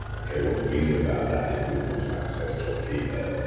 okay, what do we do about that if we want to access jobkeeper?